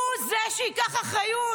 הוא זה שייקח אחריות.